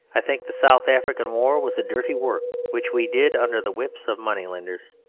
i think the south african war was a dirty work which we did under the whips of moneylenders.